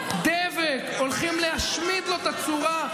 אתה עובד של סנוואר?